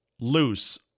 loose